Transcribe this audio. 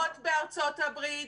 מקומות בארצות הברית.